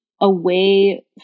away